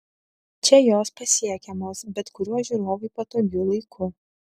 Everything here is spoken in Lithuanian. čia jos pasiekiamos bet kuriuo žiūrovui patogiu laiku